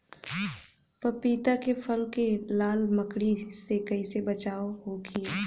पपीता के फल के लाल मकड़ी से कइसे बचाव होखि?